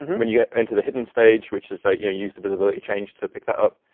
when you get into the hidden stage, which is that you use the visibility change to pick that up